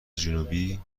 جنوبی